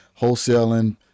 wholesaling